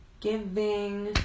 giving